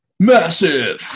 massive